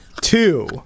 Two